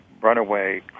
runaway